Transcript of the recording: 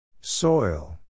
Soil